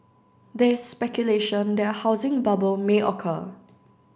there is speculation that a housing bubble may occur